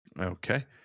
Okay